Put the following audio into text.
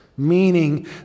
meaning